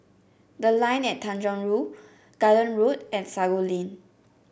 The Line at Tanjong Rhu Garden Road and Sago Lane